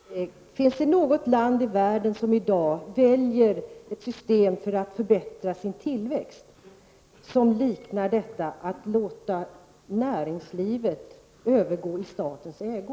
Herr talman! Finns det något annat land i världen som i dag, för att förbättra tillväxten, väljer ett system som liknar detta och som innebär att man låter näringslivet övergå i statens ägo?